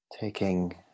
Taking